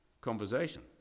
conversation